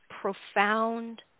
profound